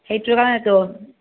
সেইটো কাৰণেতো